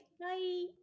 bye